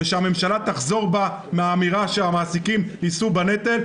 ושהממשלה תחזור בה מהאמירה שהמעסיקים יישאו בנטל.